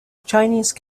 chinese